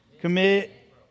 commit